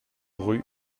rue